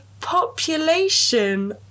population